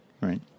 Right